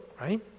right